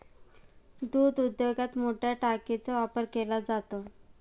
दूध उद्योगात मोठया टाकीचा वापर केला जातो